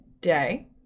day